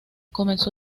comenzó